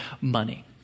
money